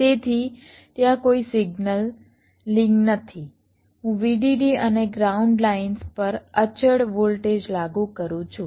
તેથી ત્યાં કોઈ સિગ્નલિંગ નથી હું VDD અને ગ્રાઉન્ડ લાઇન્સ પર અચળ વોલ્ટેજ લાગુ કરું છું